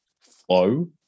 flow